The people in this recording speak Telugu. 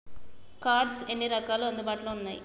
కార్డ్స్ ఎన్ని రకాలు అందుబాటులో ఉన్నయి?